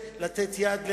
בהתאם להוראות סעיף 121